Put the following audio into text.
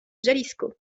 jalisco